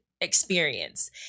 experience